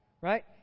right